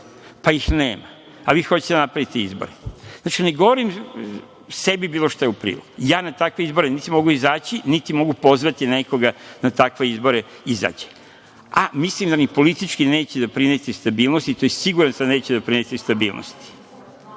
pa ih nema, a vi hoćete da napravite izbore. Znači, ne govorim sebi bilo šta u prilog. Ja na takve izbore niti mogu izaći, niti mogu pozvati nekoga da na takve izbore izađe. Mislim da ni politički neće doprineti stabilnosti, tj. siguran sam da neće doprineti stabilnosti. Izlaženje